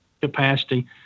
capacity